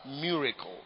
miracle